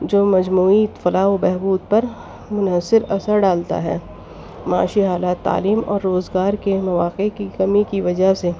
جو مجموعی فلاح و بہبود پر مؤثر اثر ڈالتا ہے معاشی حالات تعلیم اور روزگار کے مواقع کی کمی کی وجہ سے